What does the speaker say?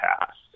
past